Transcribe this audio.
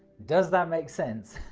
does that make sense?